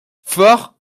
for